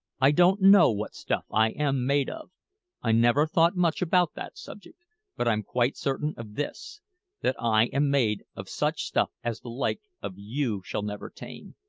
i don't know what stuff i am made of i never thought much about that subject but i'm quite certain of this that i am made of such stuff as the like of you shall never tame,